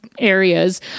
Areas